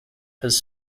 has